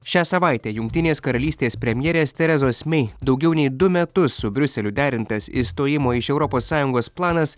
šią savaitę jungtinės karalystės premjerės terezos mei daugiau nei du metus su briuseliu derintas išstojimo iš europos sąjungos planas